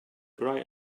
bright